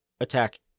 attack